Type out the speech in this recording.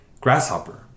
grasshopper